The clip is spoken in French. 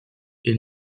est